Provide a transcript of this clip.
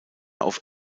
auf